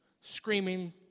screaming